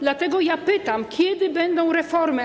Dlatego pytam: Kiedy będą reformy?